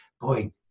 boy